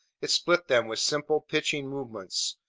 it split them with simple pitching movements,